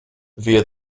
via